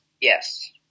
Yes